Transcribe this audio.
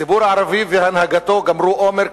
הציבור הערבי והנהגתו גמרו אומר,